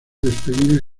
despedido